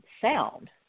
sound